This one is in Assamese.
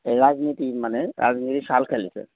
ৰাজনীতি মানে ৰাজনীতি চাল খেলিছে